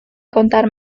contar